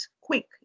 quick